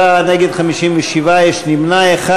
44, נגד, 57, נמנע אחד.